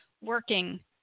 working